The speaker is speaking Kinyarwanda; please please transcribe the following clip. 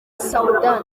soudan